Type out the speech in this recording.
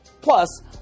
plus